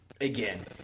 Again